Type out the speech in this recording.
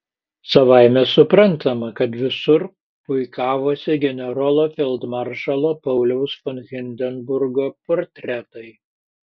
savaime suprantama kad visur puikavosi generolo feldmaršalo pauliaus von hindenburgo portretai